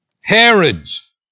Herods